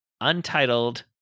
untitled